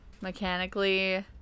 mechanically